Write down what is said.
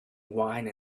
wine